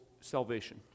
salvation